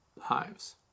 hives